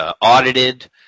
Audited